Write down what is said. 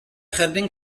cherdyn